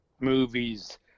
movies